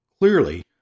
Clearly